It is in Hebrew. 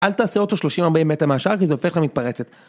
אל תעשה אותו שלושים ארבעים מטר מהשאר כי זה הופך למתפרצת.